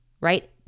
right